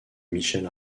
michel